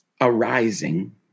arising